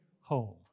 home